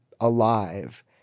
alive